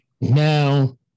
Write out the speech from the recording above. now